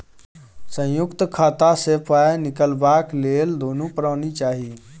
संयुक्त खाता सँ पाय निकलबाक लेल दुनू परानी चाही